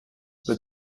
that